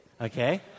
Okay